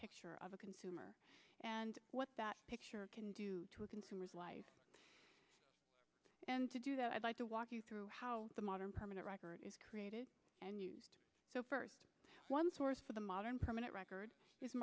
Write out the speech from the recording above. picture of a consumer and what that picture can do to a consumer's life and to do that i'd like to walk you through how the modern permanent record is created and used so first one source for the modern permanent record